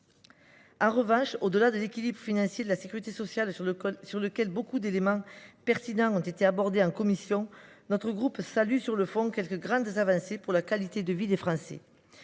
En revanche, au delà de l’équilibre financier de la sécurité sociale, sur lequel beaucoup d’éléments pertinents ont été abordés en commission, notre groupe salue, sur le fond, quelques grandes avancées pour la qualité de vie des Français.